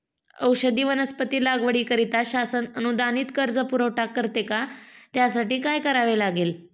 औषधी वनस्पती लागवडीकरिता शासन अनुदानित कर्ज पुरवठा करते का? त्यासाठी काय करावे लागेल?